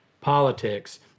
politics